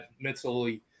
mentally